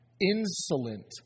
insolent